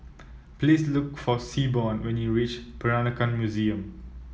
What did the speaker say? please look for Seaborn when you reach Peranakan Museum